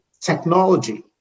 technology